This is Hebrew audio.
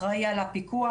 אחראי על הפיקוח,